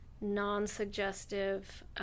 non-suggestive